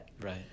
Right